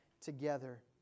together